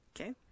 Okay